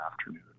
afternoon